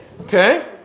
Okay